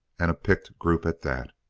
and a picked group at that.